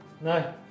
No